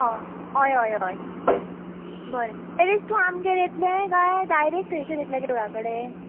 हय हय हय बरें एडलीट तूं आमगेर येतले काय डायरेक्ट थंयसर येतले देवळा कडे